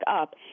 up